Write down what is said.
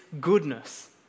goodness